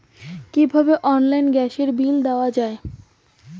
কিভাবে অনলাইনে গ্যাসের বিল দেওয়া যায়?